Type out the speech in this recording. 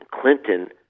Clinton